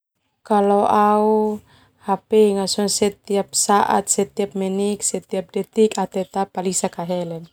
Kalau au HP nga sona setiap saat setiap menit setiap detik au tetap palisak ahele.